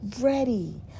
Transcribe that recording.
ready